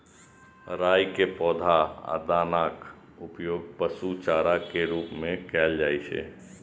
राइ के पौधा आ दानाक उपयोग पशु चारा के रूप मे कैल जाइ छै